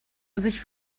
sich